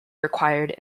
required